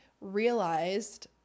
realized